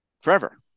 forever